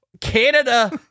Canada